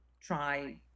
try